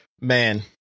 man